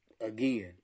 Again